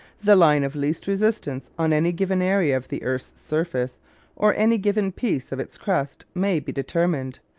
the line of least resistance on any given area of the earth's surface or any given piece of its crust may be determined,